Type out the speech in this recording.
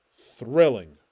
thrilling